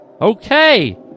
Okay